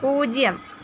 പൂജ്യം